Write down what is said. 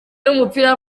w’umupira